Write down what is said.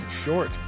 Short